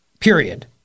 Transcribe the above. Period